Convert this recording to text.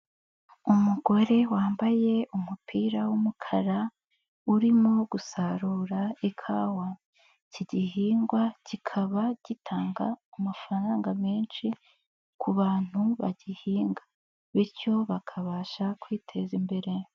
Umugore wambaye umupira w'umukara urimo gusarura ikawa, iki gihingwa kikaba gitanga amafaranga menshi ku bantu bagihinga bityo bakabasha kwiteza imbere.